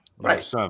Right